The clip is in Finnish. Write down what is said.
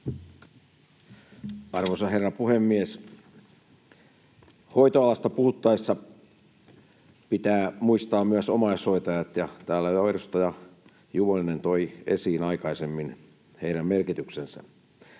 Arvoisa herra puhemies! Hoitoalasta puhuttaessa pitää muistaa myös omaishoitajat, ja täällä jo edustaja Juvonen toi aikaisemmin esiin heidän merkityksensä.